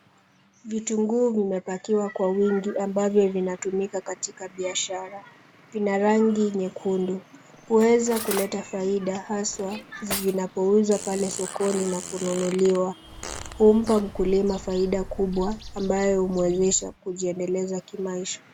Vitunguu vimepakiwa kwa wingi ambavyo vinatumika katika biashara. Vina rangi nyekundu. Huwezi kuleta faida haswa zinapouzwa pake sokoni na kununuliwa. Humpa mkulima faida kubwa ambayo humuwezesha kujiendeleza kimaisha.